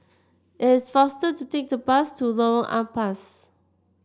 it is faster to take the bus to Lorong Ampas